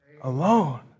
alone